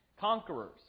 conquerors